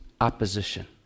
opposition